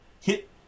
hit